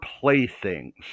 playthings